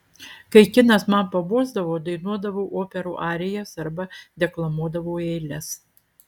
kai kinas man pabosdavo dainuodavau operų arijas arba deklamuodavau eiles